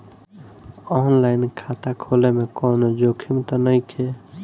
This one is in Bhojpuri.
आन लाइन खाता खोले में कौनो जोखिम त नइखे?